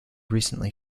recently